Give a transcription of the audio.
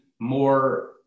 more